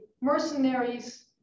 mercenaries